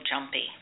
jumpy